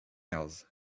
else